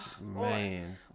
Man